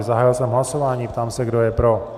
Zahájil jsem hlasování a ptám se, kdo je pro.